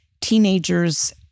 teenagers